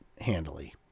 handily